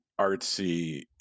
artsy